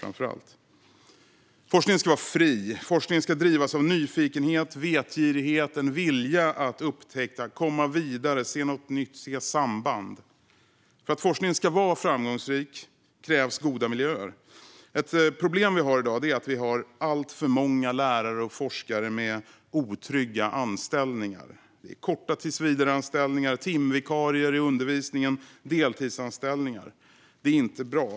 Forskningen ska vara fri. Forskning ska drivas av nyfikenhet, vetgirighet och en vilja att upptäcka, att komma vidare, att se något nytt och att se samband. För att forskning ska vara framgångsrik krävs goda miljöer. Ett problem vi har i dag är att vi har alltför många lärare och forskare med otrygga anställningar. Det är korta tillsvidareanställningar, timvikarier i undervisningen och deltidsanställningar. Det här är inte bra.